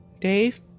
Dave